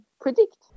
predict